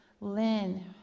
Lynn